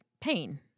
pain